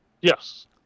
Yes